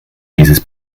dieses